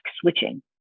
switching